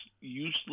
useless